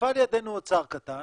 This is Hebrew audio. נפל לידינו אוצר קטן